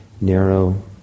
narrow